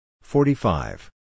Forty-five